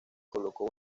colocó